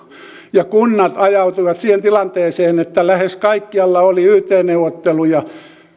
ja kunnat ajautuivat siihen tilanteeseen että lähes kaikkialla oli yt neuvotteluja